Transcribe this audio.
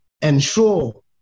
ensure